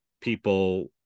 people